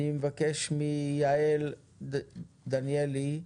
אני מבקש מיעל דניאלי,